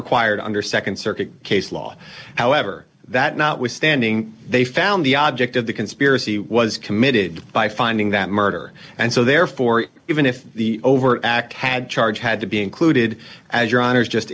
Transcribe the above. required under nd circuit case law however that notwithstanding they found the object of the conspiracy was committed by finding that murder and so therefore even if the overt act had charge had to be included as your honour's just